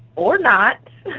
or not.